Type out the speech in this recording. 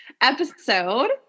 episode